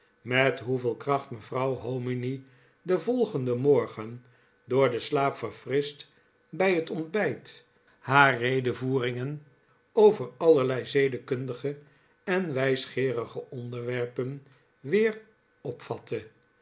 met hoeveel kracbt mevrouw hominy den volgenden morgen door den slaap verfrischt bij het ontbijt haar redevoeringen over allerlei zedenkundige en wijsgeerige onderwerpen weer opvatte